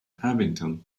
abington